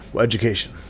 education